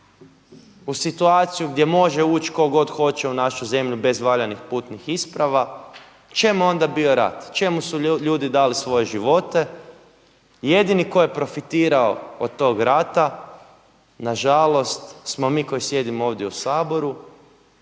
u situaciju gdje može ući tko god hoće u našu zemlju bez valjanih putnih isprava, čemu je onda bio rat? Čemu su ljudi dali svoje živote? Jedini tko je profitirao od tog rata nažalost smo mi koji sjedimo ovdje u Saboru,